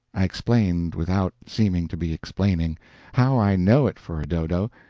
i explained without seeming to be explaining how i know it for a dodo,